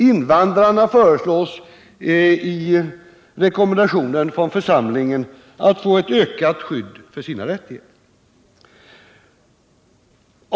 Invandrarna föreslås i rekommendationen från församlingen få ett ökat skydd för sina rättigheter.